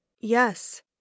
Yes